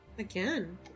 Again